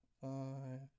five